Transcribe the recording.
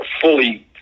fully